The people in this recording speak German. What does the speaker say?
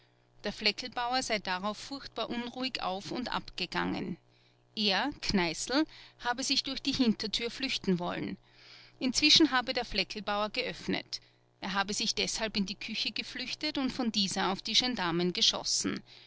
der flecklbauer sei darauf furchtbar unruhig auf und abgegangen er kneißl habe sich durch die hintertür flüchten wollen inzwischen habe der flecklbauer geöffnet er habe sich deshalb in die küche geflüchtet und von dieser auf die gendarmen geschossen